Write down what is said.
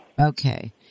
Okay